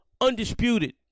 undisputed